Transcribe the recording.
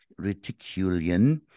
reticulian